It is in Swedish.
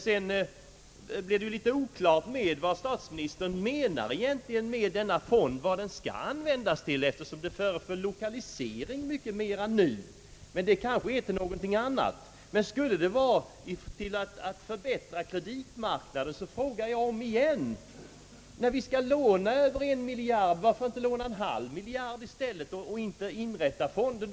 Det verkade vidare oklart vad statsministern menar att denna fond skall användas till. Den avsågs nu tydligen bli mera lokaliseringsinriktad. Men den skall kanske utnyttjas för något annat ändamål. Om den emellertid skall användas för att förbättra förhållandena på kreditmarknaden frågar jag återigen med hänsyn till att vi ändå skall låna en miljard: Varför inte i stället för att inrätta denna fond låna upp bara en halv miljard?